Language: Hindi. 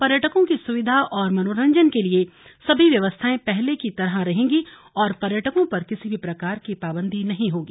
पर्यटकों की सुविधा और मनोरंजन के लिए सभी व्यवस्थाएं पहले की तरह रहेंगी और पर्यटकों पर किसी भी प्रकार की पाबन्दी नहीं होगी